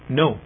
no